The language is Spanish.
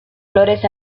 flores